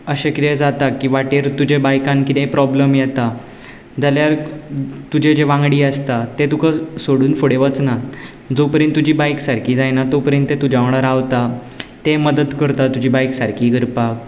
अशें किदें जाता की वाटेर तुज्या बायकान किदेंय प्रोब्लेम येता जाल्यार तुजे जे वांगडी आसा ते तुका सोडून फुडें वचनात जो परेन तुजी बायक सारकी जायना तो परेन ते तुज्या वांगडा रावता ते मदत करता तुजी बायक सारकी करपाक